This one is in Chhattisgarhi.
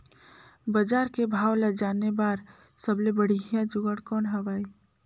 बजार के भाव ला जाने बार सबले बढ़िया जुगाड़ कौन हवय?